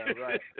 right